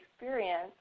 experience